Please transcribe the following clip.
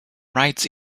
rights